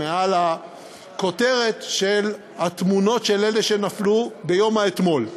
מעל הכותרת של התמונות של אלו שנפלו ביום האתמול.